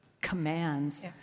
commands